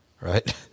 right